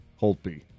Holtby